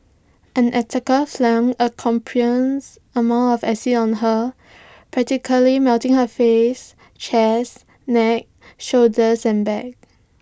an attacker flung A copious amount of acid on her practically melting her face chest neck shoulders and back